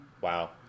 Wow